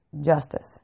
justice